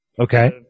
okay